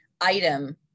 item